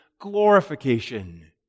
glorification